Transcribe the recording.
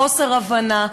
חוסר הבנה,